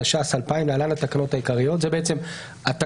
התש"ס-2000 (להלן התקנות העיקריות): זה בעצם התקנות